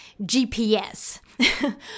GPS